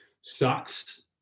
sucks